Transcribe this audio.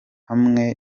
hamwe